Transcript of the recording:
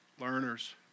learners